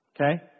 Okay